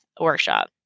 workshop